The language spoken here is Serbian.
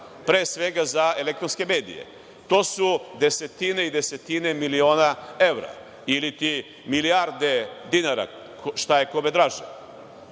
Pre svega, za elektronske medije. To su desetine i desetine miliona evra ili milijarde dinara, šta je kome draže. Taj